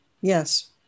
Yes